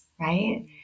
Right